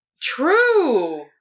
True